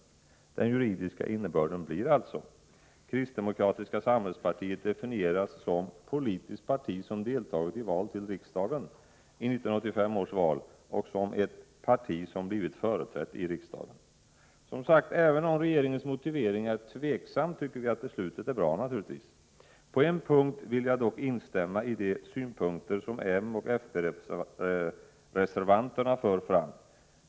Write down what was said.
Den juridiska innebörden blir alltså: Kristdemokratiska samhällspartiet definieras som ”politiskt parti som deltagit i val till riksdagen” i 1985 års val och som ett ”parti som blivit företrätt i riksdagen”. Som sagt, även om regeringens motivering är tveksam, tycker vi naturligtvis att beslutet är bra. På en punkt vill jag dock instämma i de synpunkter som moch fp-reservanterna för fram.